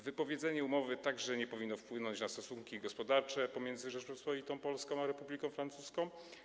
Wypowiedzenie umowy także nie powinno wpłynąć na stosunki gospodarcze pomiędzy Rzecząpospolitą Polską a Republiką Francuską.